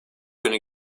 günü